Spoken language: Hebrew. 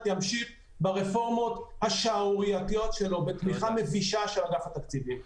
ימשיך ברפורמות השערורייתיות שלו בתמיכה מבישה של אגף התקציבים.